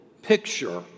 picture